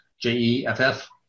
J-E-F-F